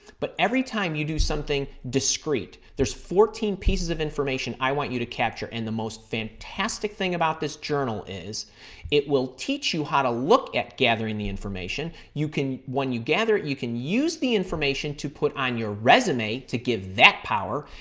but every time you do something discreet, there's fourteen pieces of information i want you to capture in the most fantastic thing about this journal is it will teach you how to look at gathering the information. when you gather it you can use the information to put on your resume to give that power.